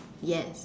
yes